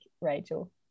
Rachel